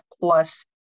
plus